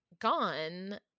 gone